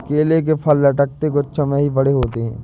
केले के फल लटकते गुच्छों में ही बड़े होते है